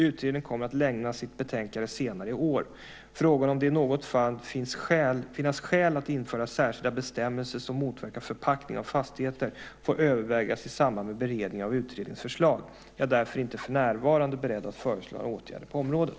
Utredningen kommer att lämna sitt betänkande senare i år. Frågan om det i något fall skulle finnas skäl att införa särskilda bestämmelser som motverkar förpackning av fastigheter får övervägas i samband med beredningen av utredningens förslag. Jag är därför för närvarande inte beredd att föreslå några åtgärder på området.